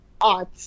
art